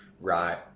right